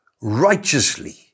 righteously